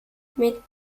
mit